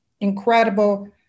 incredible